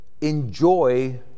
enjoy